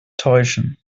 täuschen